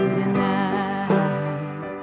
tonight